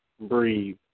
breathe